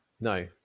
No